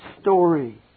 story